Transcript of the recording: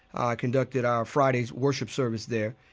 i conducted our friday's worship service there.